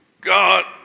God